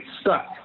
stuck